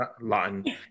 Latin